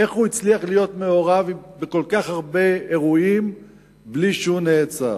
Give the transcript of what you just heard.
איך הוא הצליח להיות מעורב בכל כך הרבה אירועים בלי שהוא נעצר?